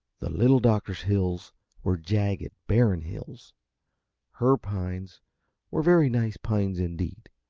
the little doctor's hills were jagged, barren hills her pines were very nice pines indeed.